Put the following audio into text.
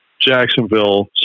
Jacksonville